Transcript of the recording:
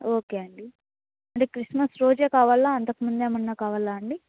okay అండి అంటే Christmas రోజే కావాలా అంతకుముందేమన్నా కావాలా అండి